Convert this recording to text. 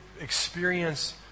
experience